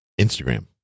Instagram